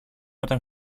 όταν